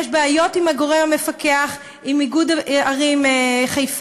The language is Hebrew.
יש בעיות עם הגורם המפקח, עם איגוד ערים חיפה.